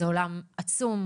זה עולם עצום,